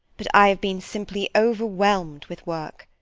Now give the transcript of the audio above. but i have been simply overwhelmed with work.